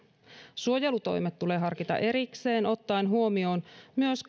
suojelutoimet tulee harkita erikseen ottaen huomioon myös